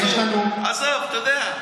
עזוב, אתה יודע,